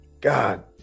God